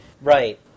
Right